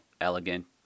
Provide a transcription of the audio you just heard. elegant